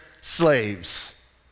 slaves